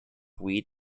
weed